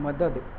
مدد